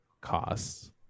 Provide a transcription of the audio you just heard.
costs